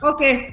Okay